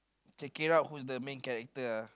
check it out who's the main character uh